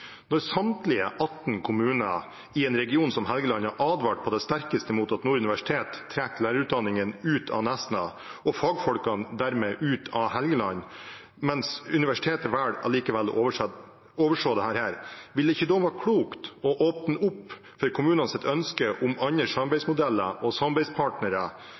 Når samtlige 18 kommuner i en region som Helgeland har advart på det sterkeste mot at Nord universitet trekker lærerutdanningen ut av Nesna og dermed fagfolkene ut av Helgeland, men universitetet likevel velger å overse dette, ville det ikke da vært klokt å åpne opp for kommunenes ønske om andre samarbeidsmodeller og samarbeidspartnere